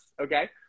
okay